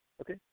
okay